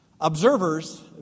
Observers